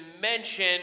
mention